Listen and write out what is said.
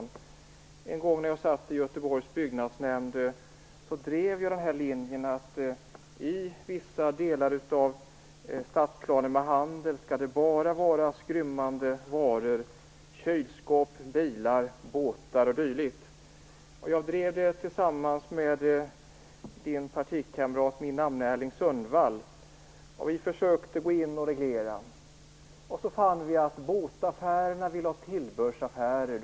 När jag en gång i tiden satt i Göteborgs byggnadsnämnd drev jag linjen att det i vissa delar av staden bara skulle tillåtas handel med skrymmande varor: kylskåp, bilar, båtar och dylikt. Jag drev det tillsammans med Sonia Karlssons partikamrat och min namne Erling Sundwall. Vi försökte gå in och reglera. Vi fann att båtaffärerna ville ha tillbehörsaffärer.